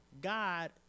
God